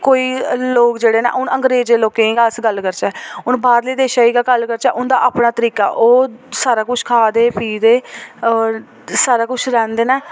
कोई लोक जेह्ड़े न हून अंग्रेजें लोकें दी गै अस गल्ल करचै हून बाह्रले देशै दी गै गल्ल करचै उंदा अपना तरीका ऐ ओह् सारा कुछ खा दे पी दे सारा कुछ रौंह्दे न